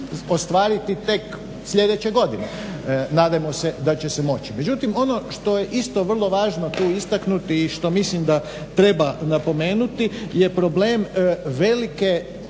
ostvariti tek sljedeće godine. Nadajmo se da će se moći. Međutim, ono što je isto vrlo važno tu istaknuti i što mislim da treba napomenuti je problem velike